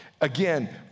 Again